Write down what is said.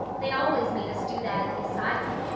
they always made us do that at the asylum.